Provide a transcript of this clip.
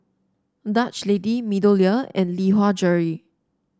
Dutch Lady MeadowLea and Lee Hwa Jewellery